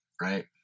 right